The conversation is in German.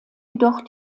jedoch